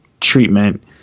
treatment